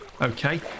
okay